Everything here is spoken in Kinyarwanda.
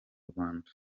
rwanda